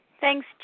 Thanks